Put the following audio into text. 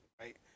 right